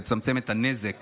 לצמצם את הנזק